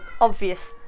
obvious